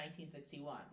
1961